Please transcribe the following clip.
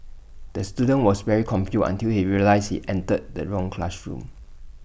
the student was very confused until he realised entered the wrong classroom